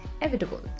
inevitable